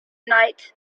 night